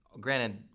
granted